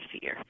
fear